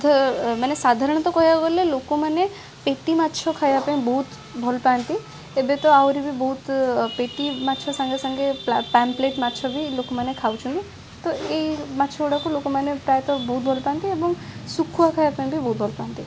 ମାନେ ସାଧାରଣତଃ କହିବାକୁ ଗଲେ ଲୋକମାନେ ପେଟିମାଛ ଖାଇବା ପାଇଁ ବହୁତ ଭଲ ପାଆନ୍ତି ଏବେ ତ ଆହୁରି ବି ବହୁତ ପେଟିମାଛ ସାଙ୍ଗେ ସାଙ୍ଗେ ପାମ୍ପଲେଟ୍ ମାଛ ବି ଲୋକମାନେ ଖାଉଛନ୍ତି ତ ଏଇ ମାଛ ଗୁଡ଼ାକୁ ଲୋକମାନେ ପ୍ରାୟତଃ ବହୁତ ଭଲ ପାଆନ୍ତି ଏବଂ ଶୁଖୁଆ ଖାଇବା ପାଇଁ ବି ବହୁତ ଭଲ ପାଆନ୍ତି